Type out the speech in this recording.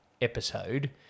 episode